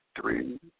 three